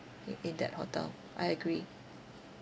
i~ in that hotel I agree